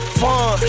fun